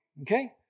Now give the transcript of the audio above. okay